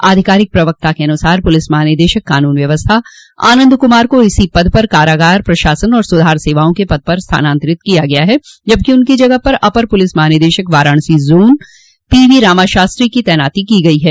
आधिकारिक प्रवक्ता के अनुसार पुलिस महानिदेशक कानून व्यवस्था आनंद कुमार को इसी पद पर कारागार प्रशासन और सुधार सेवाओं के पद पर स्थानांतरित किया गया है जबकि उनकी जगह अपर पुलिस महानिदेशक वाराणसी जोन पीवी रामाशास्त्री की तैनाती को गयी है